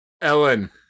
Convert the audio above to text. Ellen